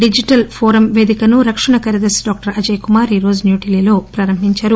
digital forum పేధికను రక్షణ కార్యదర్శి డాక్టర్ అజయ్ కుమార్ ఈరోజు న్యూఢిల్లీలో ప్రారంభించారు